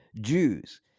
Jews